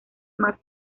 más